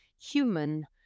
human